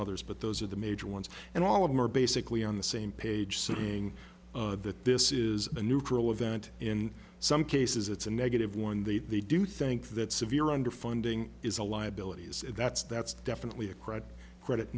others but those are the major ones and all of them are basically on the same page so being that this is a neutral event in some cases it's a negative one that they do think that severe underfunding is a liabilities that's that's definitely a credit